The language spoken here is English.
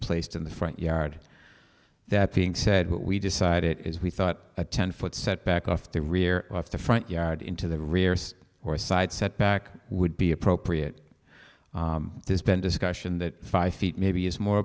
placed in the front yard that being said we decide it is we thought a ten foot setback off the rear off the front yard into the rear or side setback would be appropriate there's been discussion that five feet maybe is more